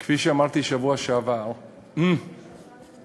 מי שהורשע בעבירה שיש עמה קלון,